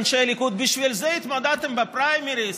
אנשי ליכוד: בשביל זה התמודדתם בפריימריז?